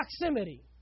Proximity